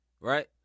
right